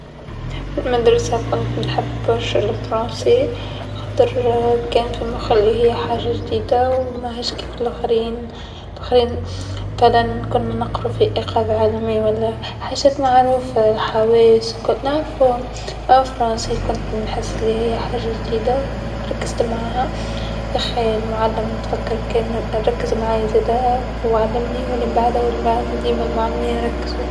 في مدرسه كنت نحب برشا الفرونسي خاطر كان في مخي لهيا حاجه جديدا و ماهيش كيف لوخرين، لوخرين مثلا كنا نقرو في إقاضه عالميه و لا حاجات معروفه، حواس الكل نعرفوهم، الفرونسي كنت نحس بلي هي حاجه جديدا ركزت معاها ياخي المعلم نتفكر كان مركز معايا زادا و علمني و لمبعده و لمبعده ديما المعلمين يركزو.